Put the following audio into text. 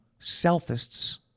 selfists